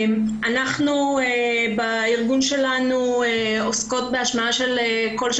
אנחנו בארגון שלנו עוסקות בהשמעה של קול של